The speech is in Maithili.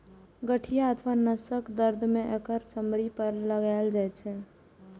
गठिया अथवा नसक दर्द मे एकरा चमड़ी पर लगाएल जाइ छै